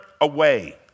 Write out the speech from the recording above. away